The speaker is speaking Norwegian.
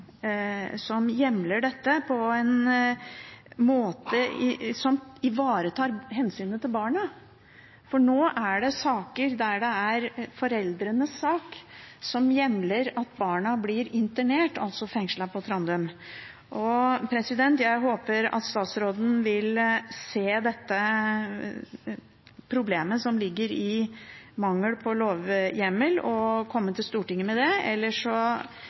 hjemler dette på en måte som ivaretar hensynet til barna, for nå finnes det saker der det er foreldrenes sak som hjemler at barna blir internert, altså fengslet, på Trandum. Jeg håper at statsråden ser dette problemet som ligger i mangelen på lovhjemmel, og komme til Stortinget med det – ellers